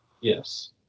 Yes